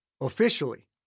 Officially